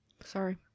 Sorry